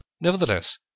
nevertheless